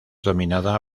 dominada